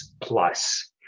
plus